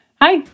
Hi